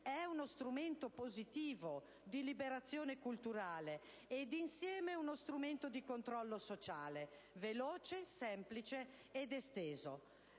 È uno strumento positivo di liberazione culturale, e insieme uno strumento di controllo sociale, veloce, semplice ed esteso.